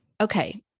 okay